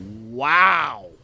Wow